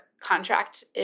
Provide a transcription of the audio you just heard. contract